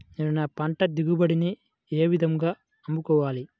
నేను నా పంట దిగుబడిని ఏ విధంగా అమ్ముకోవాలి?